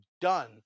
done